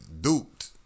duped